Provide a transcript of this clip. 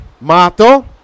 Mato